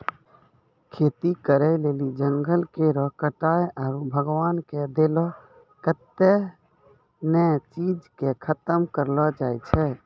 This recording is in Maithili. खेती करै लेली जंगल केरो कटाय आरू भगवान के देलो कत्तै ने चीज के खतम करलो जाय छै